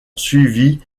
suivi